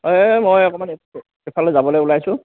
এই মই অকণমান এফালে যাবলৈ ওলাইছোঁ